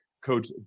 Coach